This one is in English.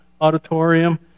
auditorium